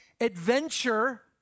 adventure